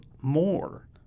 more